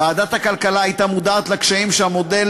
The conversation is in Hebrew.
ועדת הכלכלה הייתה מודעת לקשיים שהמודל